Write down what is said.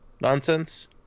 nonsense